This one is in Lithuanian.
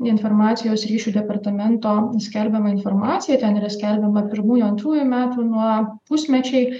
informacijos ryšių departamento skelbiamą informaciją ten yra skelbiama pirmųjų antrųjų metų nuo pusmečiai